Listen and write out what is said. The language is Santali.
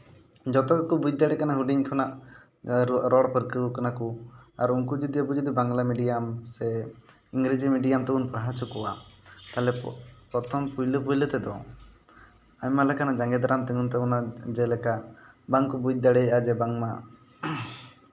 ᱡᱚᱛᱚ ᱜᱮᱠᱚ ᱵᱩᱡᱽ ᱫᱟᱲᱮᱜ ᱠᱟᱱᱟ ᱦᱩᱰᱤᱧ ᱠᱷᱚᱱᱟᱜ ᱨᱚᱲ ᱯᱟᱹᱨᱠᱟᱹᱣ ᱠᱟᱱᱟ ᱠᱚ ᱟᱨ ᱩᱱᱠᱩ ᱡᱩᱫᱤ ᱟᱵᱚ ᱡᱩᱫᱤ ᱵᱟᱝᱞᱟ ᱢᱤᱰᱤᱭᱟᱢ ᱥᱮ ᱤᱝᱨᱮᱡᱤ ᱢᱮᱰᱤᱭᱟᱢ ᱛᱮᱵᱚᱱ ᱯᱟᱲᱦᱟᱣ ᱦᱚᱪᱚ ᱠᱚᱣᱟ ᱛᱟᱦᱞᱮ ᱯᱨᱚᱛᱷᱚᱢ ᱯᱳᱭᱞᱳ ᱯᱳᱭᱞᱳ ᱛᱮᱫᱚ ᱟᱭᱢᱟ ᱞᱮᱠᱟᱱᱟᱜ ᱡᱟᱸᱜᱮ ᱫᱟᱨᱟᱢ ᱛᱤᱸᱜᱩᱱ ᱛᱟᱵᱚᱱᱟ ᱡᱮᱞᱮᱠᱟ ᱵᱟᱝ ᱠᱚ ᱵᱩᱡᱽ ᱫᱟᱲᱮᱭᱟᱜᱼᱟ ᱵᱟᱝᱢᱟ